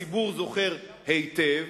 הציבור זוכר היטב